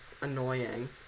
annoying